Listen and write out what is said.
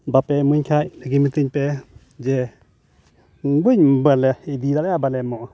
ᱵᱟᱯᱮ ᱮᱢᱟᱹᱧ ᱠᱷᱟᱱ ᱚᱱᱟᱜᱮ ᱢᱤᱛᱟᱹᱧ ᱯᱮ ᱡᱮ ᱵᱟᱹᱧ ᱵᱟᱞᱮ ᱤᱫᱤᱭᱟᱞᱮ ᱵᱟᱞᱮ ᱮᱢᱚᱜᱼᱟ